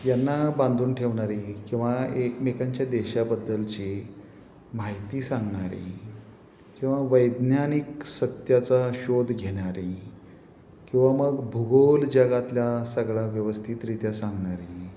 यांना बांधून ठेवणारी किंवा एकमेकांच्या देशाबद्दलची माहिती सांगणारी किंवा वैज्ञानिक सत्याचा शोध घेणारी किंवा मग भूगोल जगातला सगळा व्यवस्थितरित्या सांगणारी